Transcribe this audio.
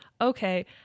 okay